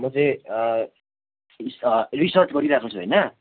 म चाहिँ रिसर्च गरिरहेको छु होइन